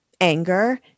anger